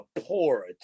poor